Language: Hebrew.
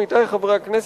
עמיתי חברי הכנסת,